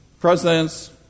Presidents